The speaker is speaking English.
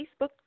Facebook